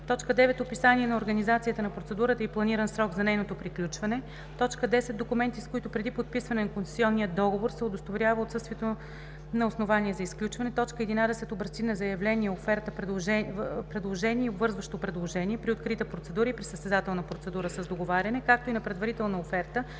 9. описание на организацията на процедурата и планиран срок за нейното приключване; 10. документи, с които преди подписване на концесионния договор се удостоверява отсъствието на основание за изключване; 11. образци на заявление, оферта (предложение и обвързващо предложение) – при открита процедура и при състезателна процедура с договаряне, както и на предварителна оферта